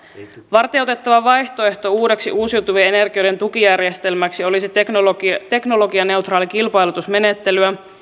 varteenotettava vaihtoehto uudeksi uusiutuvien energioiden tukijärjestelmäksi olisi teknologianeutraali kilpailutusmenettely